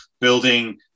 building